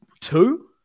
two